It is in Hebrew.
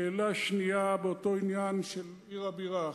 שאלה שנייה, באותו עניין של הבירה: